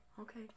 Okay